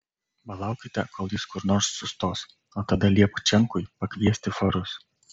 palaukite kol jis kur nors sustos o tada liepk čenkui pakviesti farus